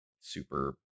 super